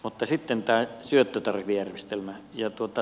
mutta sitten tämä syöttötariffijärjestelmä